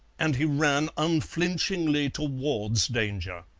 and he ran unflinchingly towards danger.